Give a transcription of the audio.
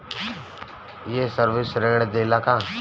ये सर्विस ऋण देला का?